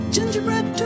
Gingerbread